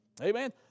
Amen